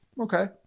okay